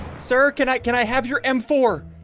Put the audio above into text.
sir can i can i have your m four?